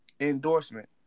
endorsement